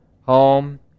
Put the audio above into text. home